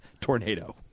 tornado